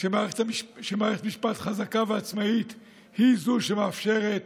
שמערכת משפט חזקה ועצמאית היא זו שמאפשרת